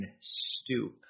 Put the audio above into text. stoop